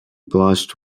blushed